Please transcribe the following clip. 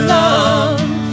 love